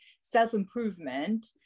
self-improvement